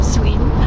Sweden